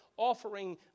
offering